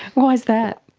why is that?